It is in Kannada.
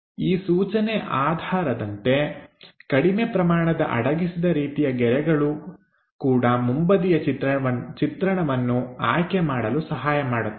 ಈ ಸೂಚನೆ ಆಧಾರದಂತೆ ಕಡಿಮೆ ಪ್ರಮಾಣದ ಅಡಗಿಸಿದ ರೀತಿಯ ಗೆರೆಗಳು ಕೂಡ ಮುಂಬದಿಯ ಚಿತ್ರಣವನ್ನು ಆಯ್ಕೆ ಮಾಡಲು ಸಹಾಯಮಾಡುತ್ತವೆ